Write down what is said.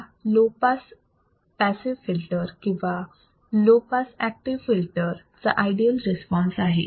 हा low pass passive filter किंवा low pass active filter चा आयडियल रिस्पॉन्स आहे